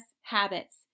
habits